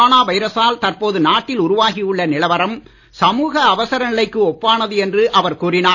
corona வைரசால் தற்போது நாட்டில் உருவாகி உள்ள நிலவரம் சமூக அவசர நிலைக்கு ஒப்பானது என்று அவர் கூறினார்